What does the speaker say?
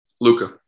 Luca